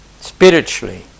spiritually